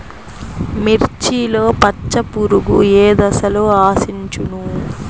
మిర్చిలో పచ్చ పురుగు ఏ దశలో ఆశించును?